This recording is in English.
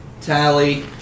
Tally